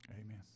Amen